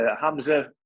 Hamza